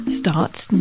starts